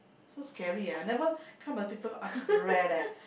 so scary ah I never come where people ask rare leh